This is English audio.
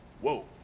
whoa